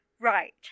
Right